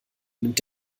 nimmt